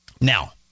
Now